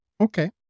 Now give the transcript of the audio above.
Okay